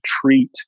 treat